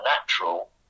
natural